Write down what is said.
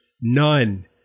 None